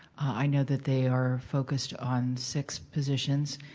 i know that they are focused on six positions.